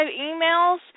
emails